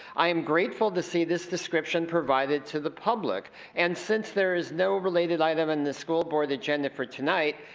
i am grateful to see this description provided to the public and since there is no related item in the school board agenda for tonight,